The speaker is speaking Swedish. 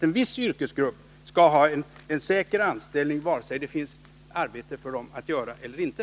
En viss yrkesgrupp människor skall ha en säker anställning vare sig det finns arbete för dem att utföra eller inte.